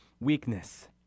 weakness